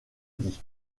dit